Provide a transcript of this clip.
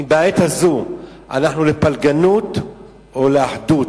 אם בעת הזאת אנחנו לפלגנות או לאחדות,